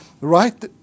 right